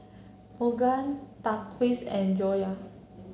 Bunga Thaqif's and Joyah